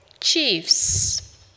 chiefs